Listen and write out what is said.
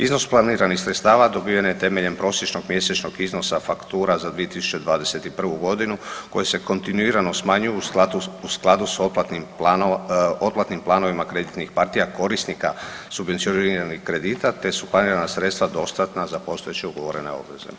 Iznos planiranih sredstava dobiven je temeljem prosječnog mjesečnog iznosa faktura za 2021. koji se kontinuirano smanjuju u skladu s otplatnim planovima kreditnih partija korisnika subvencioniranih kredita te su planirana sredstva dostatna za postojeće ugovorene obveze.